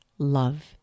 love